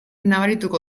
nabarituko